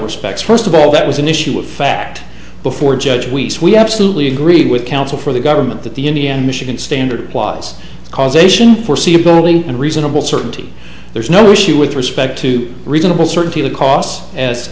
respects first of all that was an issue of fact before judge weeks we absolutely agreed with counsel for the government that the indiana michigan standard was causation foreseeability and reasonable certainty there is no issue with respect to reasonable certainty the costs as